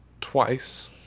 twice